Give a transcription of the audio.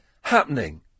happening